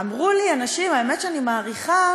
אמרו לי אנשים, האמת, שאני מעריכה: